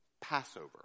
Passover